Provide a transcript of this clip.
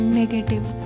negative